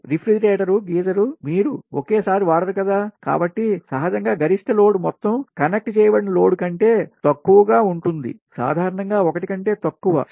refrigerator geyser మీరు ఒకేసారి వాడరు కదా కాబట్టి సహజంగా గరిష్ట లోడ్ మొత్తం కనెక్ట్ చేయబడిన లోడ్ కంటే తక్కువగా ఉంటుంది సాధారణంగా ఒకటి కంటే తక్కువ సరే